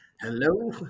hello